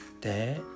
Dad